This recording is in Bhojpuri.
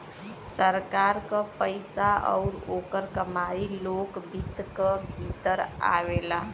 सरकार क पइसा आउर ओकर कमाई लोक वित्त क भीतर आवेला